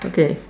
okay